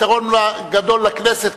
ויתרון גדול לכנסת,